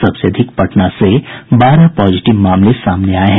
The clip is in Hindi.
सबसे अधिक पटना से बारह पॉजिटिव मामले सामने आये हैं